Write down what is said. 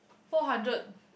four hundred